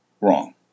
wrong